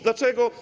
Dlaczego?